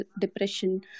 depression